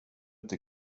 inte